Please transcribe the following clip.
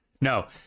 no